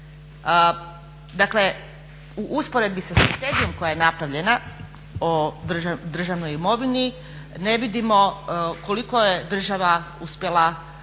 Dakle, u usporedbi sa Strategijom koja je napravljena o državnoj imovini ne vidimo koliko je država uspjela realizirati,